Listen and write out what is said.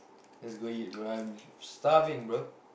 let's go eat rum I'm starving bro